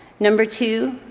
number two,